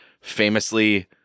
famously